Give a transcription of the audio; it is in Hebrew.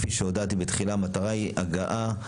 כפי שהודעתי בתחילה, המטרה היא הגעה,